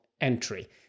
entry